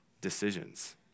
decisions